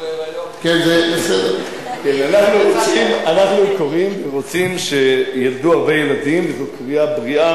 אנחנו קוראים ורוצים שילדו הרבה ילדים,